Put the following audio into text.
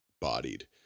bodied